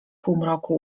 półmroku